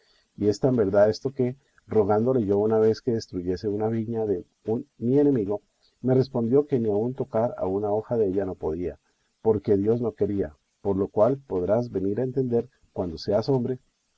y es tan verdad esto que rogándole yo una vez que destruyese una viña de un mi enemigo me respondió que ni aun tocar a una hoja della no podía porque dios no quería por lo cual podrás venir a entender cuando seas hombre